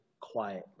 quietly